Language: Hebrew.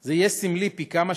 זה יהיה סמלי פי כמה,